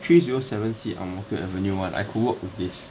three zero seven C ang mo kio avenue one I could work with this